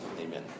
Amen